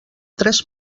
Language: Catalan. tres